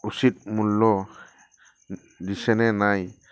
উচিত মূল্য দিছেনে নাই